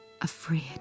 Afraid